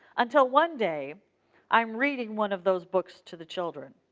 until one day i am reading one of those books to the children,